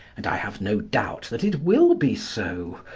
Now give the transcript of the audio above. and i have no doubt that it will be so.